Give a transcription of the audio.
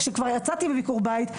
כשכבר יצאתי מביקור בית,